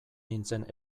nintzen